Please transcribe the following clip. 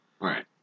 right